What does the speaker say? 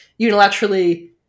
unilaterally